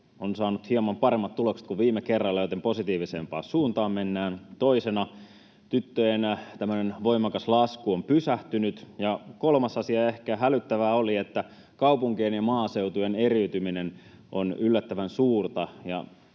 ovat saanet hieman paremmat tulokset kuin viime kerralla, joten positiivisempaan suuntaan mennään. Toisena: tyttöjen tämmöinen voimakas lasku on pysähtynyt. Ja kolmas asia: ehkä hälyttävää oli, että kaupunkien ja maaseutujen eriytyminen on yllättävän suurta